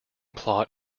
plot